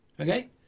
okay